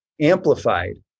amplified